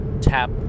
tap